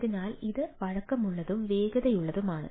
അതിനാൽ ഇത് വഴക്കമുള്ളതും വേഗതയുള്ളതുമാണ്